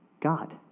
God